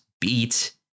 beat